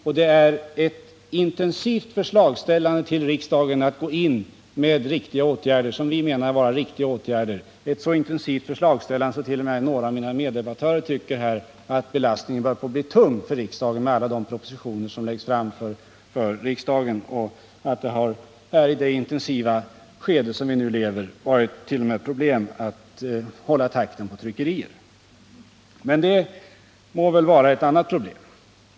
Det förekommer ett intensivt förslagsställande till riksdagen att gå in med vad vi menar vara riktiga åtgärder — ett så intensivt förslagsställande att t.o.m. några av mina meddebattörer tycker att alla de propositioner som läggs fram för riksdagen börjar medföra en alltför tung belastning för riksdagen. Det har t.o.m. varit problem att hålla takten på tryckerierna! Men det är ett annat problem.